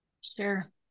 Sure